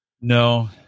no